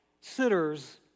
sitters